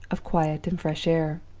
of quiet and fresh air.